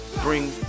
bring